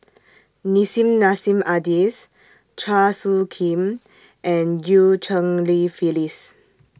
Nissim Nassim Adis Chua Soo Khim and EU Cheng Li Phyllis